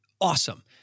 awesome